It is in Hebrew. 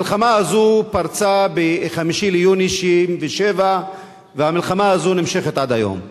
המלחמה הזאת פרצה ב-5 ביוני 1967 והמלחמה הזאת נמשכת עד היום.